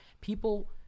people